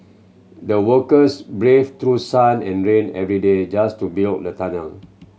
the workers braved through sun and rain every day just to build the tunnel